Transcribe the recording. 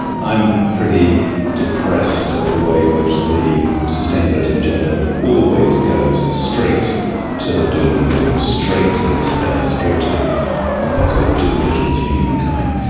i'm pretty depressed at the way in which the sustainability agenda always goes straight to the doom and gloom, straight to the despair, straight to apocalyptic visions for humankind,